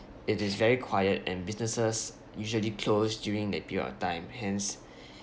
it is very quiet and businesses usually close during that period of time hence